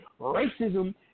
racism